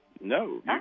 No